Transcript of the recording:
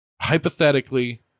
hypothetically